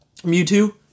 Mewtwo